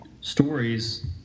stories